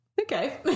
Okay